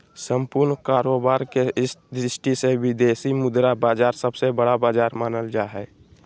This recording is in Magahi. सम्पूर्ण कारोबार के दृष्टि से विदेशी मुद्रा बाजार सबसे बड़ा बाजार मानल जा हय